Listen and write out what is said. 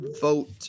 Vote